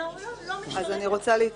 או לא לא משרת --- אני רוצה להתייחס.